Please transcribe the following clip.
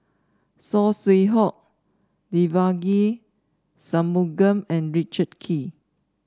Saw Swee Hock Devagi Sanmugam and Richard Kee